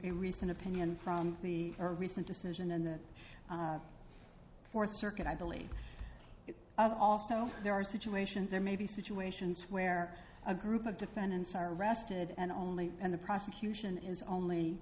recent opinion from the recent decision in the fourth circuit i believe also there are situations there may be situations where a group of defendants are arrested and only and the prosecution is